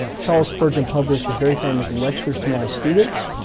ah charles spurgeon published his very famous lectures to my students.